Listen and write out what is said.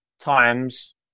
times